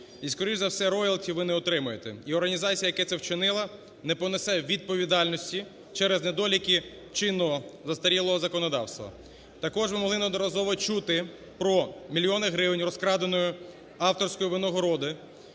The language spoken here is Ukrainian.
І скоріш за все роялті ви не отримаєте. І організація, яке це вчинила, не понесе відповідальності через недоліки чинного застарілого законодавства. Також ви могли неодноразово чути про мільйони гривень розкраденої авторською винагороди,